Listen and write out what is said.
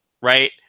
Right